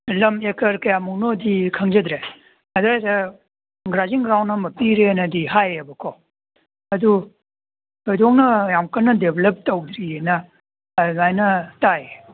ꯂꯝ ꯑꯦꯀꯔ ꯀꯌꯥꯃꯨꯛꯅꯣꯗꯤ ꯈꯪꯖꯗ꯭ꯔꯦ ꯑꯗꯥꯏꯗ ꯒ꯭ꯔꯥꯖꯤꯡ ꯒ꯭ꯔꯥꯎꯟ ꯑꯃ ꯄꯤꯔꯦꯅꯗꯤ ꯍꯥꯏꯌꯦꯕꯀꯣ ꯑꯗꯨ ꯊꯣꯏꯗꯣꯛꯅ ꯌꯥꯝ ꯀꯟꯅ ꯗꯦꯕ꯭ꯂꯞ ꯇꯧꯗ꯭ꯔꯤꯌꯦꯅ ꯑꯗꯨꯃꯥꯏꯅ ꯇꯥꯏꯌꯦ